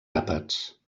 àpats